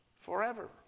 forever